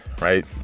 Right